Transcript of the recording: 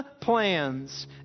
plans